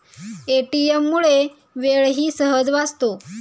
ATM मुळे वेळही सहज वाचतो